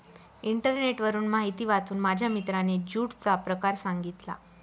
इंटरनेटवरून माहिती वाचून माझ्या मित्राने ज्यूटचा प्रकार सांगितला